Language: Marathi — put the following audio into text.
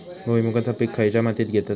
भुईमुगाचा पीक खयच्या मातीत घेतत?